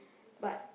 but